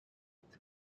its